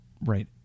right